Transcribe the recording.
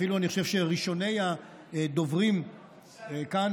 אני אפילו חושב שראשוני הדוברים כאן